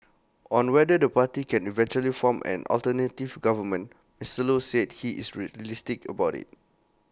on whether the party can eventually form an alternative government Mister low said he is realistic about IT